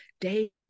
day